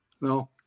No